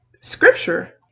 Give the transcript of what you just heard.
scripture